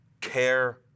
Care